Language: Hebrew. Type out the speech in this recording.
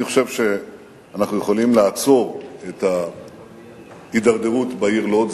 אני חושב שאנחנו יכולים לעצור את ההידרדרות בעיר לוד.